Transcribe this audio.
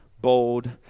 Bold